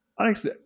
Alex